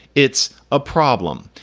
it's a problem.